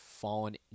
fallen